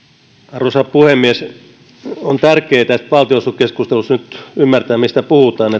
arvoisa puhemies on tärkeätä että valtionosuuskeskustelussa nyt ymmärtää mistä puhutaan